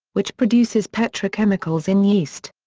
which produces petrochemicals in yeast.